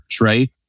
right